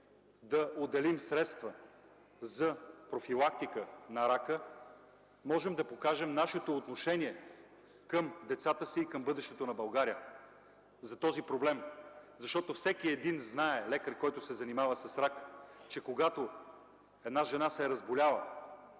да отделим средства за профилактика на рака, можем да покажем нашето отношение към децата си и към бъдещето на България относно този проблем. Всеки един лекар, който се занимава с рак, знае, че когато една жена се е разболяла,